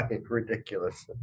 ridiculous